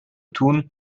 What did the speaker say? tun